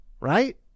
right